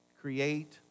create